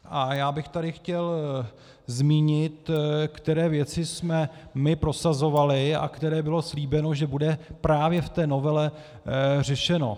A já bych tady chtěl zmínit, které věci jsme prosazovali a u kterých bylo slíbeno, že budou právě v té novele řešeny.